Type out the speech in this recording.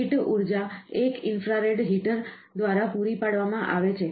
heat ઉર્જા એક infrared heater દ્વારા પૂરી પાડવામાં આવે છે